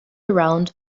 around